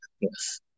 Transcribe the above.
Yes